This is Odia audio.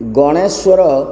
ଗଣେଶ୍ୱର